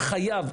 חייב.